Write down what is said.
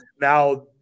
now